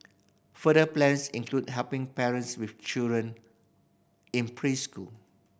further plans include helping parents with children in preschool